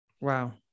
Wow